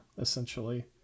essentially